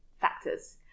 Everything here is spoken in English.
factors